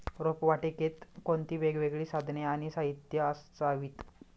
रोपवाटिकेत कोणती वेगवेगळी साधने आणि साहित्य असावीत?